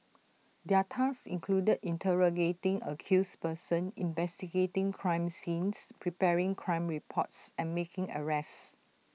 their tasks included interrogating accused persons investigating crime scenes preparing crime reports and making arrests